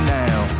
now